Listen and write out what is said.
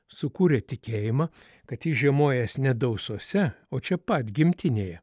sukūrė tikėjimą kad jis žiemojantis ne dausose o čia pat gimtinėje